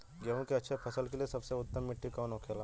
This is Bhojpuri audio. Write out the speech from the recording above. गेहूँ की अच्छी फसल के लिए सबसे उत्तम मिट्टी कौन होखे ला?